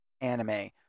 anime